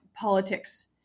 politics